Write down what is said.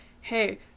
hey